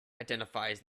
identifies